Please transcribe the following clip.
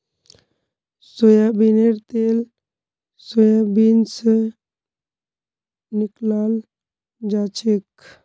सोयाबीनेर तेल सोयाबीन स निकलाल जाछेक